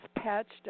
patched